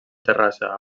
terrassa